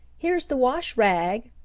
here's the wash-rag,